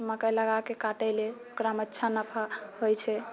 मकइ लगाए कऽ काटैले ओकरामे अच्छा नफा होइ छै